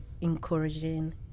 encouraging